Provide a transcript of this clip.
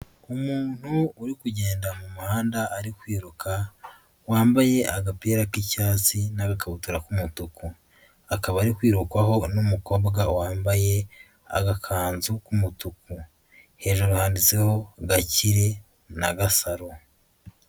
Umuntu uri kugenda mu muhanda ari kwiruka, wambaye agapira k'icyatsi n'akabutura k'umutuku, akaba ari kwirukwaho n'umukobwa wambaye agakanzu k'umutuku, hejuru handitseho Gakire na Gasaro.